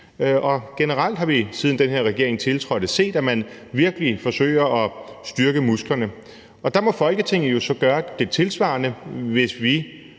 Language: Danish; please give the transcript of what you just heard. Generelt har vi, siden den her regering tiltrådte, set, at man virkelig forsøger at styrke musklerne. Og der må Folketinget så gøre det tilsvarende, hvis vi